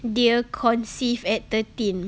they'll conceive at thirteen